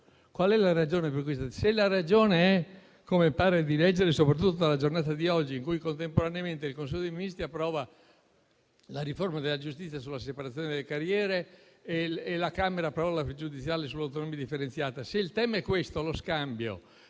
quale ragione. Se la ragione è quella che pare di leggere soprattutto dalla giornata di oggi, in cui contemporaneamente il Consiglio dei ministri ha approvato la riforma della giustizia sulla separazione delle carriere e la Camera approva la questione pregiudiziale sull'autonomia differenziata; se il tema, cioè, è lo scambio,